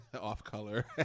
off-color